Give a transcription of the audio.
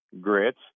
grits